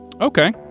Okay